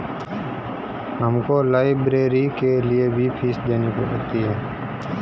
हमको लाइब्रेरी के लिए भी फीस देनी होती है